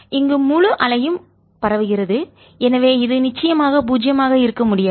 இங்கு முழு அலையும் பரவுகிறது எனவே இது நிச்சயமாக பூஜ்யமாக இருக்க முடியாது